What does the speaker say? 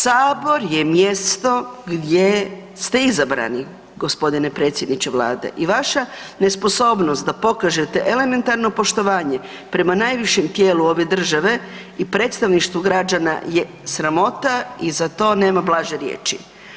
Sabor je mjesto gdje ste izabrani g. predsjedniče vlade i vaša nesposobnost da pokažete elementarno poštovanje prema najvišem tijelu ove države i predstavništvu građana je sramota i za to nema blaže riječi.